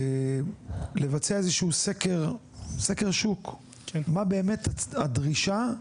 לבצע איזשהו סקר שוק מהי באמת הדרישה,